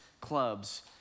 clubs